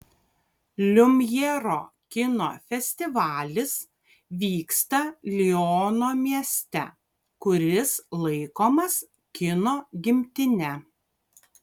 liumjero kino festivalis vyksta liono mieste kuris laikomas kino gimtine